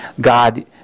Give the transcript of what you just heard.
God